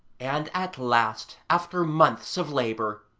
and at last, after months of labour,